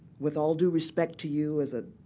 with all due respect to you as a